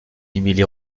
émilie